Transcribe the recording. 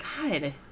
God